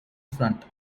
front